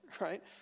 right